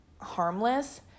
harmless